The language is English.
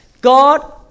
God